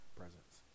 presence